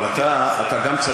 אבל אתה יודע,